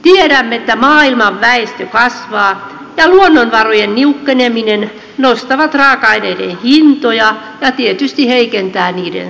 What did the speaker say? tiedämme että maailman väestö kasvaa ja luonnonvarojen niukkeneminen nostaa raaka aineiden hintoja ja tietysti heikentää niiden saatavuutta